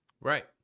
Right